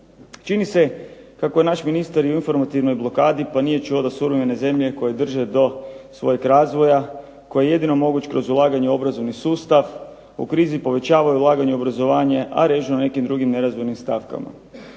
Čini se kako je naš ministar i u informativnoj blokadi, pa nije čuo da suvremene zemlje koje drže do svojeg razvoja koji je jedino moguć kroz ulaganje u obrazovni sustav u krizi povećava i ulaganje u obrazovanje, a reže na nekim drugim nerazdvojnim stavkama.